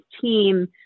team